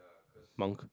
monk